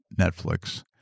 Netflix